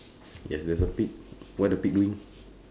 yes there is a pig what is the pig doing